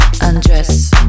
undress